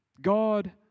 God